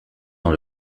dans